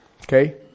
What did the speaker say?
Okay